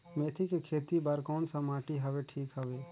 मेथी के खेती बार कोन सा माटी हवे ठीक हवे?